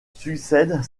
succède